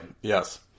yes